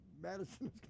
Madison